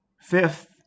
Fifth